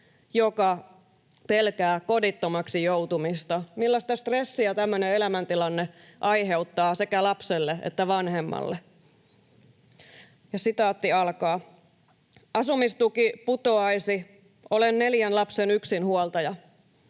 joka pelkää kodittomaksi joutumista. Millaista stressiä tämmöinen elämäntilanne aiheuttaa sekä lapselle että vanhemmalle? ”Asumistuki putoaisi. Olen neljän lapsen yksinhuoltaja.